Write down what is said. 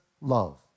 love